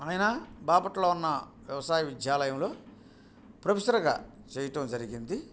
ఆయన బాపట్ల ఉన్న వ్యవసాయ విద్యాలయంలో ప్రొఫెసర్గా చేయడం జరిగింది